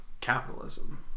capitalism